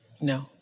No